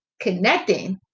connecting